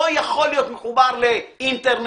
לא יכול להיות מחובר לאינטרנט,